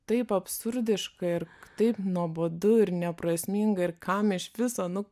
taip absurdiška ir taip nuobodu ir neprasminga ir kam iš viso nu